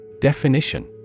Definition